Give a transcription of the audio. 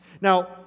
Now